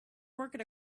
working